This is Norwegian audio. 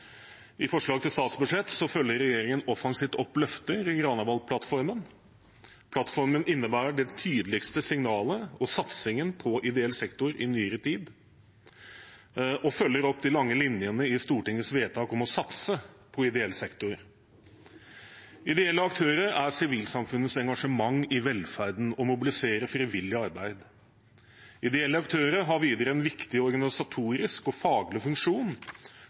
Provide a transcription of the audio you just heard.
I forslag til statsbudsjett følger regjeringen offensivt opp løfter i Granavolden-plattformen. Plattformen innebærer det tydeligste signalet om og satsingen på ideell sektor i nyere tid og følger opp de lange linjene i Stortingets vedtak om å satse på ideell sektor. Ideelle aktører er sivilsamfunnets engasjement i velferden og mobiliserer frivillig arbeid. Ideelle aktører har videre en viktig organisatorisk og faglig funksjon